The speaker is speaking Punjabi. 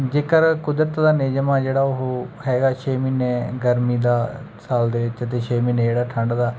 ਜੇਕਰ ਕੁਦਰਤ ਦਾ ਨਿਯਮ ਆ ਜਿਹੜਾ ਉਹ ਹੈਗਾ ਛੇ ਮਹੀਨੇ ਗਰਮੀ ਦਾ ਸਾਲ ਦੇ ਵਿੱਚ ਅਤੇ ਛੇ ਮਹੀਨੇ ਜਿਹੜਾ ਠੰਢ ਦਾ